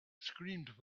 screamed